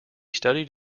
studied